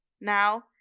now